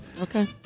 okay